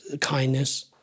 kindness